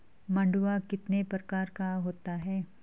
मंडुआ कितने प्रकार का होता है?